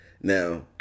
Now